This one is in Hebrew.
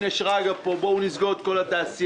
הנה שרגא ברוש פה בואו נסגור את כל התעשייה,